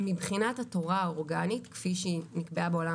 מבחינת התורה האורגנית כפי שנקבעה בעולם